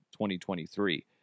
2023